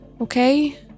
okay